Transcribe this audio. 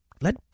let